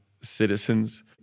citizens